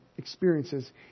experiences